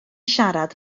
siarad